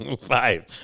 Five